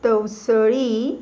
तवसळी